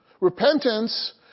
Repentance